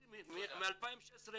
מ-2016,